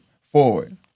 forward